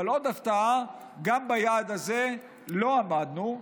אבל עוד הפתעה: גם ביעד הזה לא עמדנו,